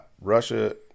Russia